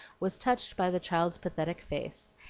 was touched by the child's pathetic face,